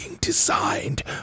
designed